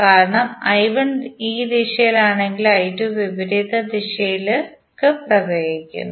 കാരണം I1 ഈ ദിശയിലാണെങ്കിലും I2 വിപരീത ദിശയിലേക്ക് പ്രവഹിക്കുന്നു